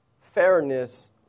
fairness